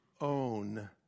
own